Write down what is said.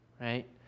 right